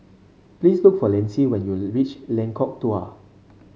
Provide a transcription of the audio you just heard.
please look for Lynsey when you reach Lengkok Dua